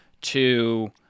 to-